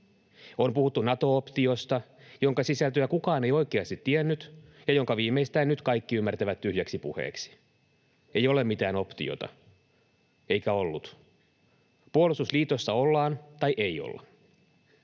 On puhuttu Nato-optiosta, jonka sisältöä kukaan ei oikeasti tiennyt ja jonka viimeistään nyt kaikki ymmärtävät tyhjäksi puheeksi. Ei ole mitään optiota eikä ollut: puolustusliitossa ollaan tai ei olla.